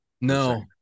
No